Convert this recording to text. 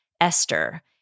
Esther